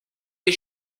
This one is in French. des